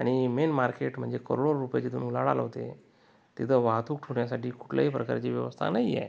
आणि main market म्हणजे करोडो रुपये जिथून उलाढाल होते तिथं वाहतूक होण्यासाठी कुठल्याही प्रकारची व्यवस्था नाही आहे